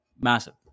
massive